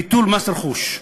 ביטול מס רכוש.